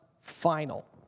final